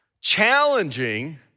challenging